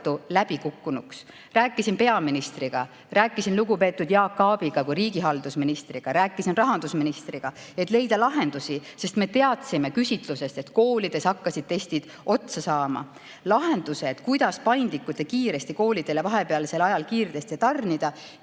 Rääkisin peaministriga, rääkisin lugupeetud Jaak Aabiga kui riigihalduse ministriga, rääkisin rahandusministriga, et leida lahendusi, sest me teadsime küsitlusest, et koolides hakkasid testid otsa saama. Lahenduse, kuidas paindlikult ja kiiresti koolidele vahepealsel ajal kiirteste tarnida,